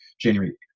january